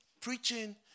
preaching